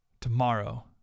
tomorrow